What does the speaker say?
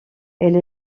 elle